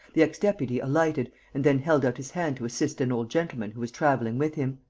the ex-deputy alighted and then held out his hand to assist an old gentleman who was travelling with him.